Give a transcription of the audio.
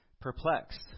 perplexed